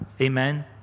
Amen